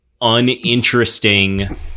uninteresting